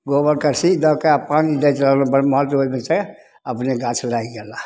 गोबर करसी दऽके आओर पानि दैत रहलहुँ बड़महल ओहिमे से अपनहि गाछ लागि गेलाह